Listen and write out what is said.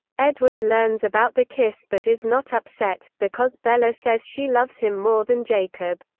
edward learns about the kiss but is not upset, because bella says she loves him more than jacob.